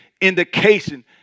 indication